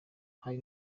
hari